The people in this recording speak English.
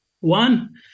One